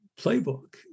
playbook